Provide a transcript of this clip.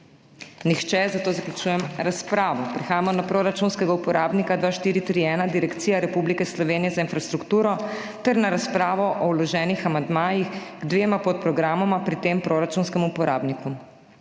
Nihče, zato zaključujem razpravo. Prehajamo na proračunskega uporabnika 2431 Direkcija Republike Slovenije za infrastrukturo ter na razpravo o vloženih amandmajih k dvema podprogramoma pri tem proračunskem uporabniku.